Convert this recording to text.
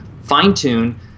fine-tune